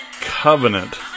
Covenant